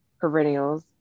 perennials